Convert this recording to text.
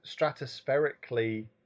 stratospherically